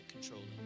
controlling